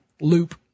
loop